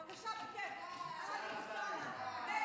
בבקשה, בכיף.